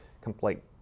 complete